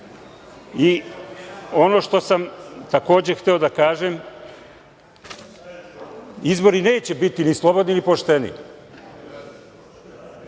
radi. Ono što sam takođe hteo da kažem, izbori neće biti ni slobodni, ni pošteni.